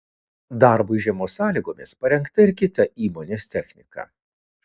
darbui žiemos sąlygomis parengta ir kita įmonės technika